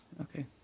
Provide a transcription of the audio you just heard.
Okay